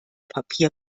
papier